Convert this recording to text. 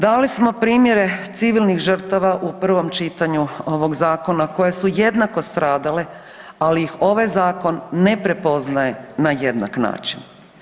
Dali smo primjere civilnih žrtava u prvom čitanju ovog Zakona koje su jednako stradale, ali ih ovaj zakon ne prepoznaje na jednak način.